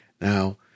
Now